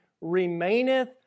remaineth